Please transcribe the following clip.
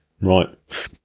right